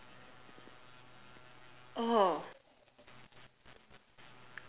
oh